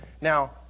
Now